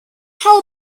how